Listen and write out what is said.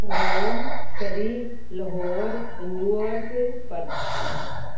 Rome Surrey Lahore New York Perth